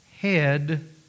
head